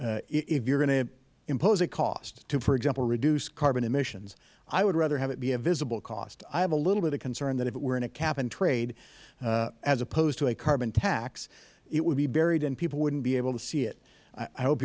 if you are going to impose a cost to for example reduce carbon emissions i would rather have it be a visible cost i have a little bit of concern that if it were in a cap and trade as opposed to a carbon tax it would be buried and people would not be able to see it i hope